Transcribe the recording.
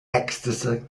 ecstasy